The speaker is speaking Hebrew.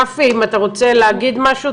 רפי אם אתה רוצה להגיד משהו,